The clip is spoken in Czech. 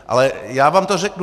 Ale já vám to řeknu.